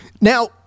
Now